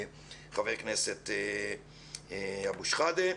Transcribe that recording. חבר הכנסת אבו שחאדה.